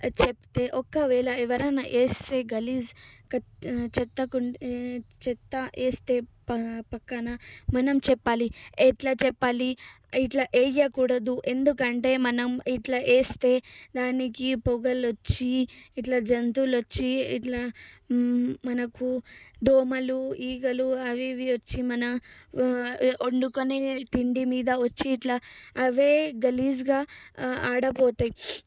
చెప్తే ఒకవేళ ఎవరనా వేస్తే గలీజ్ చెత్త చెత్త వేస్తే ప పక్కన మనం చెప్పాలి ఎట్లా చెప్పాలి ఇట్లా వేయకూడదు ఎందుకంటే మనం ఇట్లా వేస్తే దానికి పొగలొచ్చి ఇట్లా జంతువులు వచ్చి ఇట్లా మనకు దోమలు ఈగలు అవి ఇవి వచ్చి మన వండుకొని తిండి మీద వచ్చి ఇట్లా అవే గలీజ్గా ఆడబోతాయి